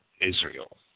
Israel